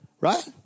right